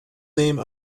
name